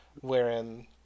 wherein